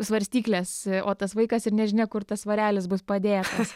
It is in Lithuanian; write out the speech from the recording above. svarstyklės o tas vaikas ir nežinia kur tas svarelis bus padėtas